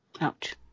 Ouch